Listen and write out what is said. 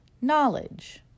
knowledge